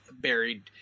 buried